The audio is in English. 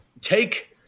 take